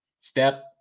step